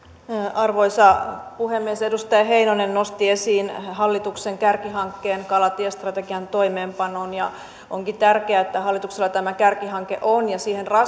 arvoisa puhemies edustaja heinonen nosti esiin hallituksen kärkihankkeen kalatiestrategian toimeenpanon ja onkin tärkeää että hallituksella tämä kärkihanke on ja siihen